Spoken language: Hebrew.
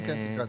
כן, כן, תקרא.